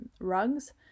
rugs